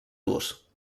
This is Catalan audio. durs